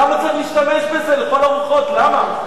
למה שנשתמש בזה, לכל הרוחות, למה?